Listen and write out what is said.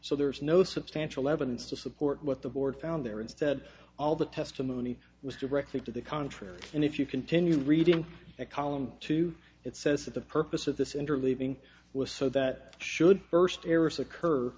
so there is no substantial evidence to support what the board found there instead all the testimony was directly to the contrary and if you continue reading that column to it says that the purpose of this interleaving was so that should first errors occur